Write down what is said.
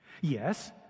Yes